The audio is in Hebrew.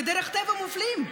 בדרך הטבע הם מופלים.